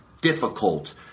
difficult